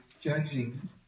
judging